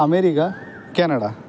America Canada